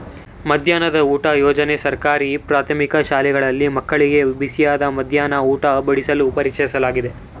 ಮಧ್ಯಾಹ್ನದ ಊಟ ಯೋಜನೆ ಸರ್ಕಾರಿ ಪ್ರಾಥಮಿಕ ಶಾಲೆಗಳಲ್ಲಿ ಮಕ್ಕಳಿಗೆ ಬೇಯಿಸಿದ ಮಧ್ಯಾಹ್ನ ಊಟ ಒದಗಿಸಲು ಪರಿಚಯಿಸ್ಲಾಗಯ್ತೆ